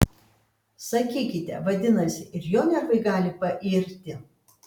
sakykite vadinasi ir jo nervai gali pairti